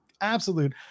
absolute